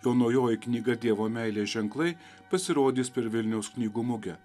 jo naujoji knyga dievo meilės ženklai pasirodys per vilniaus knygų mugę